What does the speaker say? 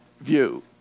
view